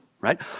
right